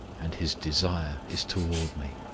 and his desire is toward me.